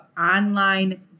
online